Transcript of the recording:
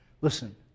Listen